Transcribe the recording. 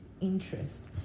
interest